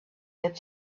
that